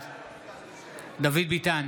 בעד דוד ביטן,